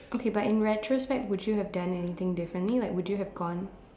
okay but in retrospect would you have done anything differently like would you have gone